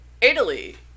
Italy